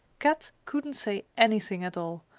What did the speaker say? kat couldn't say anything at all,